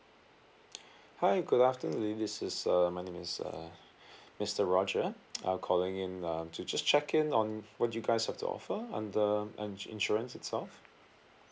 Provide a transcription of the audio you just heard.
hi good afternoon this is uh my name is uh mister roger I'm calling in um to just check in on what you guys have to offer and the and insurance itself